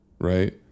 right